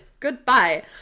goodbye